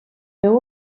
veu